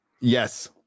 Yes